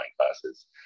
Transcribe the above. classes